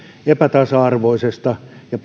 epätasa arvoisesta ja